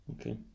Okay